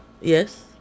yes